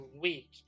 week